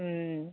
മ്